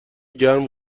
گرم